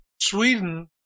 Sweden